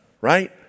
right